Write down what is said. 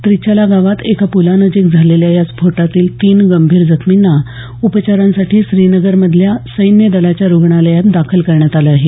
त्रिचाला गावात एका पुलानजिक झालेल्या या स्फोटातील तीन गंभीर जखमींना उपचारांसाठी श्रीनगरमधील सैन्यदलाच्या रुग्णालयात दाखल करण्यात आलं आहे